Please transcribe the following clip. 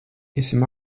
iesim